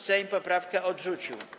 Sejm poprawkę odrzucił.